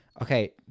Okay